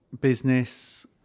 Business